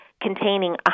containing